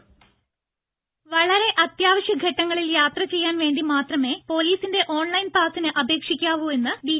audio രംഭ വളരെ അത്യാവശ്യഘട്ടങ്ങളിൽ യാത്ര ചെയ്യാൻ വേണ്ടി മാത്രമേ പൊലീസിന്റെ ഓൺലൈൻ പാസിന് അപേക്ഷിക്കാവൂ എന്ന് ഡി